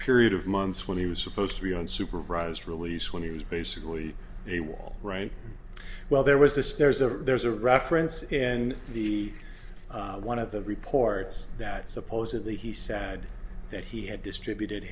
period of months when he was supposed to be on supervised release when he was basically a war all right well there was this there's a there's a reference and the one of the reports that supposedly he sad that he had distributed